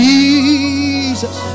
Jesus